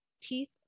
Teeth